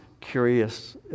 curious